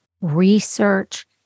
research